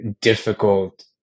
difficult